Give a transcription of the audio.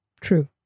true